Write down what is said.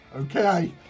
Okay